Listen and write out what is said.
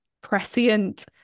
prescient